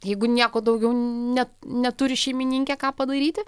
jeigu nieko daugiau ne neturi šeimininkė ką padaryti